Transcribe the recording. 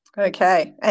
Okay